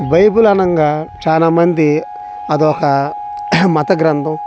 Bible అనంగా చానా మంది అదొక మత గ్రంధం